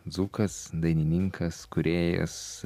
dzūkas dainininkas kūrėjas